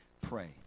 pray